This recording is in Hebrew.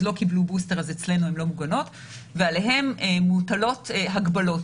לא קיבלו בוסטר אז אצלנו הן לא מוגנות ועליהן מוטלות הגבלות.